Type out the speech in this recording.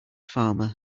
farmer